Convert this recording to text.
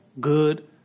good